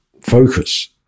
focus